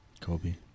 kobe